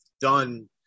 done